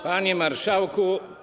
Panie Marszałku!